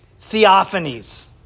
theophanies